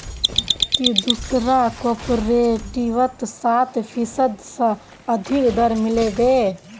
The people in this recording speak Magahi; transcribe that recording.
की दूसरा कॉपरेटिवत सात फीसद स अधिक दर मिल बे